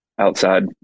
Outside